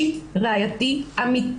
העלה עם 20 חודשי המאסר והדקירה ולהעמיד